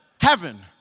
heaven